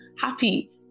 happy